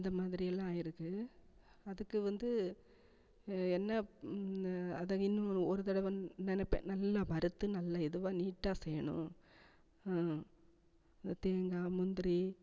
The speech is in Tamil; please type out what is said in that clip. அந்த மாதிரியெல்லாம் ஆகிருக்கு அதுக்கு வந்து என்ன அதை இன்னும் ஒரு தடவை நினைப்பேன் நல்லா வறுத்து நல்லா இதுவாக நீட்டாக செய்யணும் இந்த தேங்காய் முந்திரி